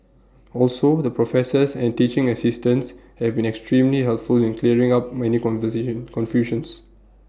also the professors and teaching assistants have been extremely helpful in clearing up many conversation confusions